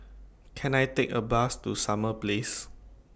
Can I Take A Bus to Summer Place